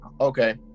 okay